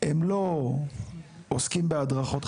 הם לא עוסקים בהדרכות,